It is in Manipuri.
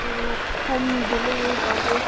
ꯎꯝ ꯍꯣꯝ ꯗꯤꯂꯤꯕꯔꯤ ꯇꯧꯕꯤꯎ